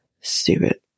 Stupid